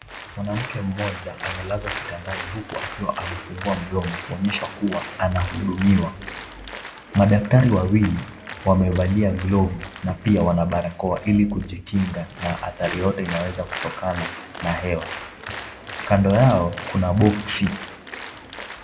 Mwanamke mmoja amelazwa kitandani huku akiwa amefungua mdomo kuonyesha kuwa anahudumiwa, madaktari wawili wamevalia glovu na pia wana barakoa ili kujikinga na athari yeyote inaweza kutokana na hewa, kando yso kuna boksi.